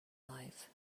life